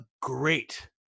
great